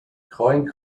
coyne